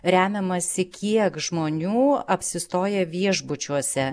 remiamasi kiek žmonių apsistoja viešbučiuose